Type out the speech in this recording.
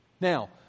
Now